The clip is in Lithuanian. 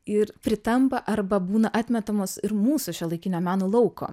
ir pritampa arba būna atmetamos ir mūsų šiuolaikinio meno lauko